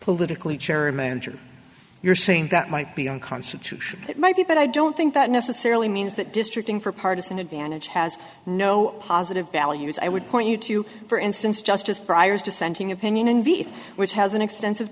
politically cherry manager you're saying that might be unconstitutional it might be but i don't think that necessarily means that distracting for partisan advantage has no positive values i would point you to for instance justice briar's dissenting opinion indeed which has an extensive